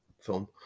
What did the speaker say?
film